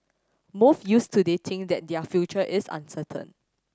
moth youths today think that their future is uncertain